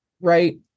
right